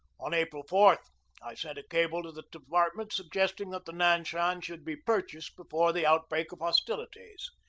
on april four i sent a cable to the department suggesting that the nanshan should be purchased before the outbreak of hostilities.